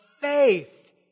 faith